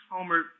Homer